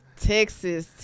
Texas